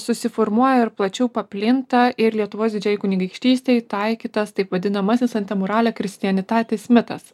susiformuoja ir plačiau paplinta ir lietuvos didžiajai kunigaikštystei taikytas taip vadinamasis antemurale christianitatis mitas